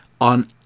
on